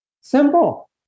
Simple